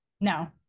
No